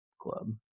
Club